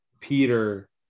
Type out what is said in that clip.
peter